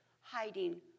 hiding